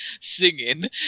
singing